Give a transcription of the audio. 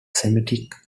semitic